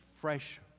fresh